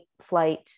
flight